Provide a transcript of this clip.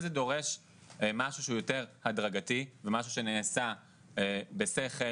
זה דורש משהו יותר הדרגתי ומשהו שנעשה בשכל.